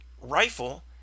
rifle